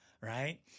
right